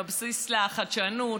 הם הבסיס לחדשנות,